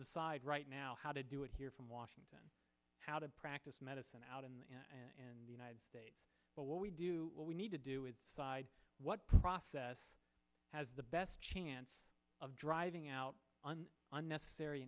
decide right now how to do it here from washington how to practice medicine out in the united states but what we do what we need to do is what process has the best chance of driving out an unnecessary